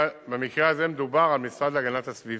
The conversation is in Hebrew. במקרה הזה מדובר במשרד להגנת הסביבה,